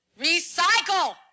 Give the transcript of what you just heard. Recycle